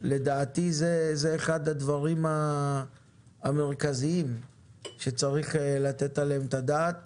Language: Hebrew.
לדעתי זה אחד הדברים המרכזיים שצריך לתת עליהם את הדעת.